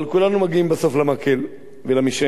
אבל כולנו מגיעים בסוף למקל ולמשענת,